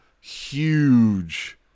huge